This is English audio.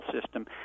system